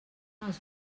els